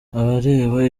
abareba